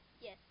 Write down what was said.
Yes